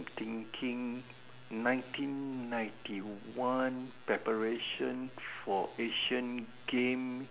thinking nineteen ninety one preparation for Asian game